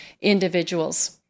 individuals